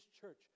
church